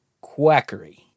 quackery